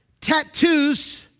tattoos